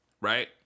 right